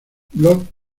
block